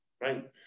Right